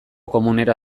komunera